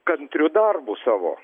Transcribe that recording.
kantriu darbu savo